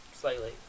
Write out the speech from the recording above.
Slightly